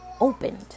opened